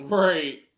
right